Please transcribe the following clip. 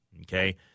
okay